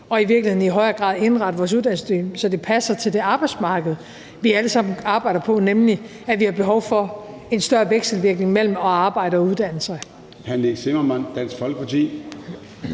i højere grad indrette vores uddannelsessystem, så det passer til det arbejdsmarked, vi alle sammen arbejder på, nemlig at vi har behov for en større vekselvirkning mellem at arbejde og at uddanne sig.